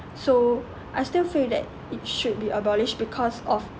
so I still feel that it should be abolished because of